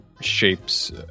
shapes